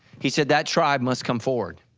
he said that tribe must come forward,